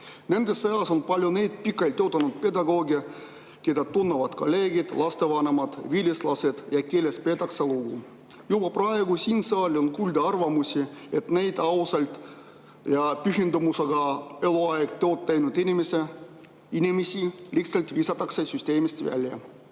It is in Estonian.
Nende seas on palju pikalt töötanud pedagooge, keda tunnevad kolleegid, lapsevanemad, vilistlased ja kellest peetakse lugu. Juba praegu on siin saalis kuulda olnud arvamusi, et need ausalt ja pühendumusega eluaeg tööd teinud inimesed lihtsalt visatakse süsteemist välja.